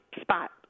spot